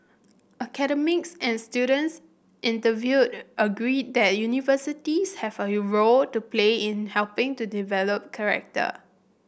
academics and students interviewed agreed that universities have a role to play in helping to develop character